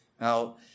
Now